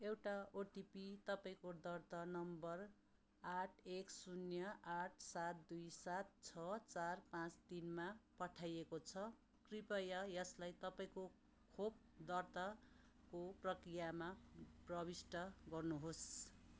एउटा ओटिपी तपाईँको दर्ता नम्बर आठ एक शून्य आठ सात दुई सात छ चार पाँच तिनमा पठाइएको छ कृपया यसलाई तपाईँँको खोप दर्ताको प्रक्रियामा प्रविष्ट गर्नुहोस्